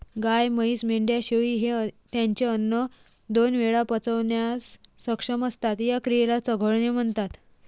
गाय, म्हैस, मेंढ्या, शेळी हे त्यांचे अन्न दोन वेळा पचवण्यास सक्षम असतात, या क्रियेला चघळणे म्हणतात